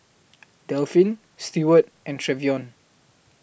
Delphin Steward and Trevion